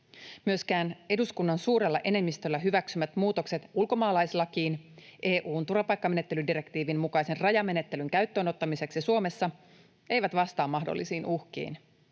Myöskään eduskunnan suurella enemmistöllä hyväksymät muutokset ulkomaalaislakiin EU:n turvapaikkamenettelydirektiivin mukaisen rajamenettelyn käyttöönottamiseksi Suomessa eivät vastaa mahdollisiin uhkiin.